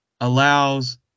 allows